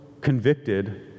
convicted